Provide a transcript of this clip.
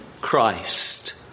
Christ